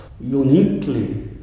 uniquely